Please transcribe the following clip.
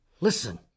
Listen